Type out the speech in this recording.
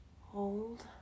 Hold